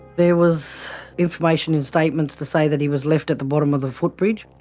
there was information in statements to say that he was left at the bottom of the footbridge.